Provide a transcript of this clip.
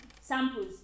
samples